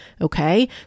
Okay